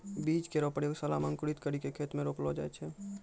बीज केरो प्रयोगशाला म अंकुरित करि क खेत म रोपलो जाय छै